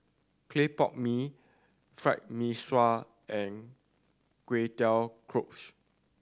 clay pot mee Fried Mee Sua and Kway Teow